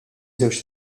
żewġ